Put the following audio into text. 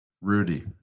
Rudy